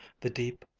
the deep,